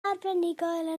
arbenigol